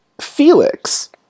Felix